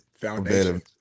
foundation